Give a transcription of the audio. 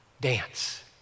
dance